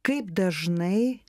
kaip dažnai